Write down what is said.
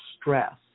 stress